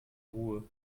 ruhe